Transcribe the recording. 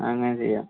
അങ്ങനെ ചെയ്യാം